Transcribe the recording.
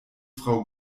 frau